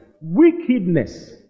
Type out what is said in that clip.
Wickedness